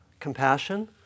Compassion